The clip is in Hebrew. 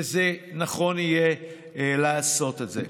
ונכון יהיה לעשות את זה.